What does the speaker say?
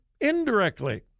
indirectly